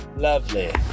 lovely